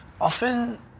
often